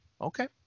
okay